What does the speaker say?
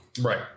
Right